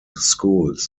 schools